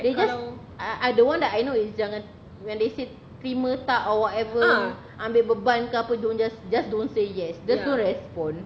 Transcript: they just I I the one that I know is jangan when they say terima tak or whatever ambil beban ke apa don't just just don't say yes there's no respond